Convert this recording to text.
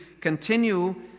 continue